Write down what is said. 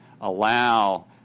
allow